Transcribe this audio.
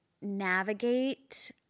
navigate